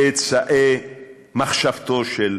צאצאי מחשבתו של